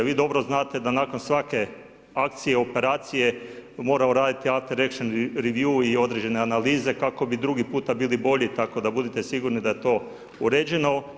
Vi dobro znate da nakon svake akcije, operacije, moraju raditi … i određene analize, kako bi drugi puta bili bolji, tako da budite sigurni da je to uređeno.